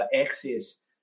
access